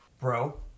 Bro